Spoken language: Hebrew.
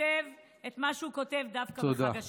כותב את מה שהוא כותב דווקא בחג השבועות.